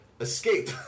Escape